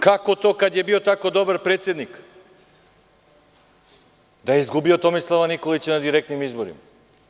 Kako to kada je bio tako dobar predsednik da izgubi od Tomislava Nikolića direktno na izborima?